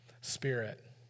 Spirit